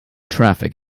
traffic